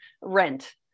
rent